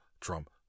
Trump